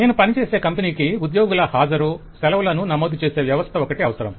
నేను పనిచేసే కంపెనీకి ఉద్యోగుల హాజరు సెలవులను నమోదు చేసే వ్యవస్థ ఒకటి అవసరం